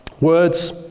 words